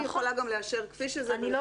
היא יכולה גם לאשר כפי שזה ול --- כן, נכון.